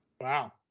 Wow